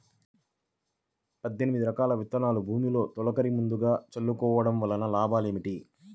పద్దెనిమిది రకాల విత్తనాలు భూమిలో తొలకరి ముందుగా చల్లుకోవటం వలన లాభాలు ఏమిటి?